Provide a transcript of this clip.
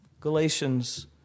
Galatians